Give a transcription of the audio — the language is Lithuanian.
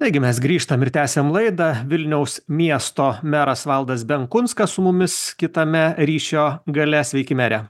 taigi mes grįžtam ir tęsiame laidą vilniaus miesto meras valdas benkunskas su mumis kitame ryšio gale sveiki mere